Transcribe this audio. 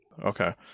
Okay